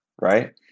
right